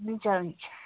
हुन्छ हुन्छ